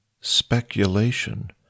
speculation